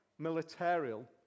militarial